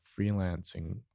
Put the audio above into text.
freelancing